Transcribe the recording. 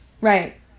Right